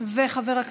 והספורט נתקבלה.